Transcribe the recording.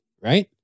Right